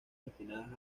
destinadas